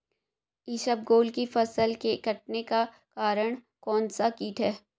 इसबगोल की फसल के कटने का कारण कौनसा कीट है?